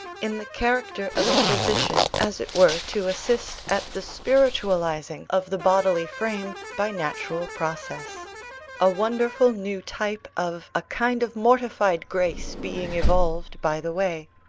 in the character of a physician, as it were to assist at the spiritualising of the bodily frame by natural process a wonderful new type of a kind of mortified grace being evolved by the way.